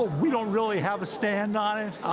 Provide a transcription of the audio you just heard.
we don't really have a stand on it.